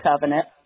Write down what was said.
covenant